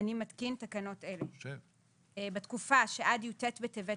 אני מתקין תקנות אלה: הוראת שעה ב בתקופה שעד י"ט בטבת,